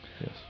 yes